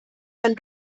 ein